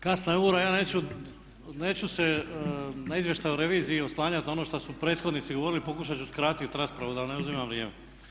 Kasna je ura ja neću se na izvještaj o reviziji oslanjati na ono što su prethodnici govorili, pokušat ću skratiti raspravu da ne uzimam vrijeme.